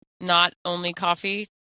not-only-coffee